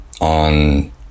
on